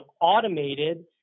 automated